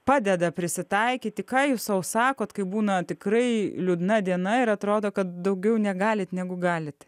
padeda prisitaikyti ką jūs sau sakot kai būna tikrai liūdna diena ir atrodo kad daugiau negalit negu galite